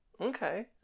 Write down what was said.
Okay